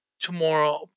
Tomorrow